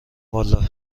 والا